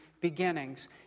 beginnings